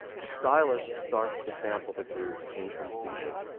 the stylus starts to sample the groove incompletely.